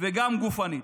וגם גופנית.